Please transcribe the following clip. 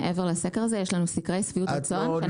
מעבר לסקר הזה יש לנו סקרי שביעות רצון.